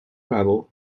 battle